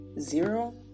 zero